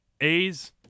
A's